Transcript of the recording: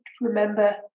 remember